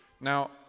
Now